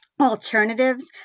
alternatives